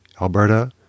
Alberta